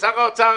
שר האוצר